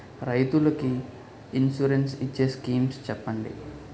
రైతులు కి ఇన్సురెన్స్ ఇచ్చే స్కీమ్స్ చెప్పండి?